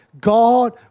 God